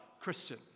Christian